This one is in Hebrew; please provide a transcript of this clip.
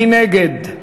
מי נגד?